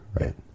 right